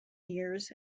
years